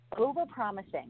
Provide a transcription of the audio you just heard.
over-promising